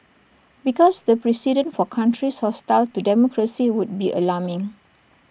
because the precedent for countries hostile to democracy would be alarming